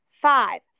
five